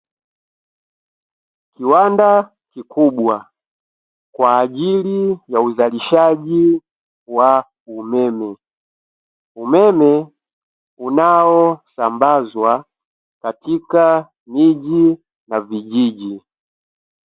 Kiwanda kikubwa kwa ajili ya uzalishaji wa umeme. Umeme unaosambazwa katika miji na vijiji.